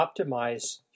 optimize